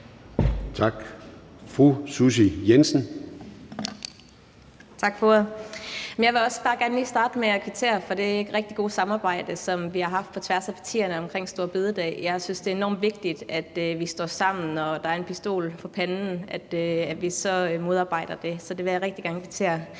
Kl. 17:25 Susie Jessen (DD): Tak for ordet. Jeg vil også bare gerne lige starte med at kvittere for det rigtig gode samarbejde, som vi har haft på tværs af partierne omkring store bededag. Jeg synes, det er enormt vigtigt, at vi står sammen, når der er en pistol for panden, og at vi så modarbejder det, så det vil jeg rigtig gerne kvittere